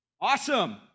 Awesome